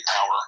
power